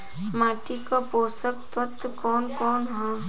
माटी क पोषक तत्व कवन कवन ह?